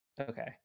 Okay